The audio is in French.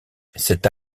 cet